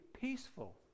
peaceful